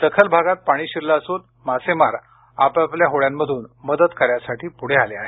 सखल भागात पाणी शिरलं असून मासेमार आपल्या होड्यांमधून मदतकार्यासाठी पुढे आले आहेत